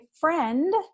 friend